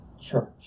church